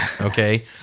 okay